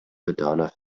madonna